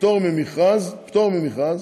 פטור ממכרז, פטור ממכרז,